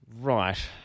Right